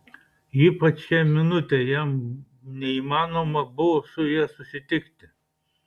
ypač šią minutę jam neįmanoma buvo su ja susitikti